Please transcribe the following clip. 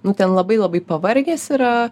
nu ten labai labai pavargęs yra